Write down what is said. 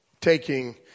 taking